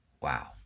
Wow